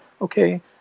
okay